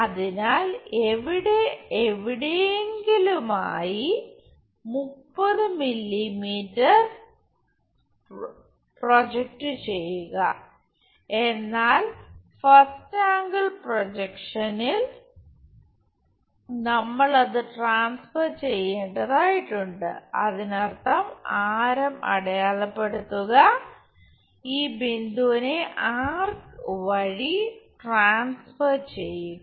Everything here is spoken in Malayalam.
അതിനാൽ ഇവിടെ എവിടെയെങ്കിലുമായി 30 മില്ലീമീറ്റർ പ്രോജക്റ്റ് ചെയ്യുക എന്നാൽ ഫസ്റ്റ് ആംഗിൾ പ്രൊജക്ഷനിൽ നമ്മൾ അത് ട്രാൻസ്ഫർ ചെയ്യേണ്ടതായിട്ടുണ്ട് അതിനർത്ഥം ആരം അടയാളപ്പെടുത്തുക ഈ ബിന്ദുവിനെ ആർക്ക് വഴി ട്രാൻസ്ഫർ ചെയ്യുക